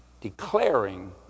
declaring